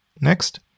Next